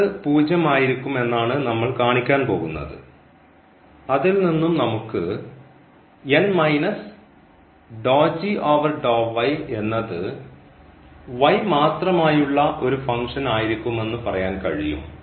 അത് 0 ആയിരിക്കും എന്നാണ് നമ്മൾ കാണിക്കാൻ പോകുന്നത് അതിൽനിന്നും നമുക്ക് എന്നത് മാത്രമായുള്ള ഒരു ഫംഗ്ഷൻ ആയിരിക്കുമെന്ന് പറയാൻ കഴിയും